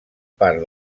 part